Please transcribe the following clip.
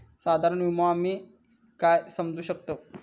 साधारण विमो आम्ही काय समजू शकतव?